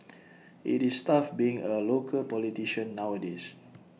IT is tough being A local politician nowadays